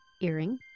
earring